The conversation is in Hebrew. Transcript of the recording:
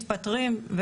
מתפטרים,